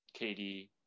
KD